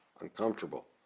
uncomfortable